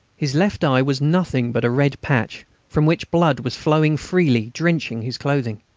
his left eye was nothing but a red patch, from which blood was flowing freely, drenching his clothing.